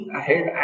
ahead